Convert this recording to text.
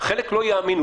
חלק לא יאמינו.